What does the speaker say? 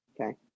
Okay